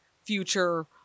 future